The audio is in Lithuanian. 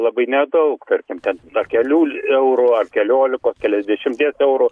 labai nedaug tarkim ten na kelių eurų ar keliolikos keliasdešimties eurų